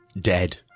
dead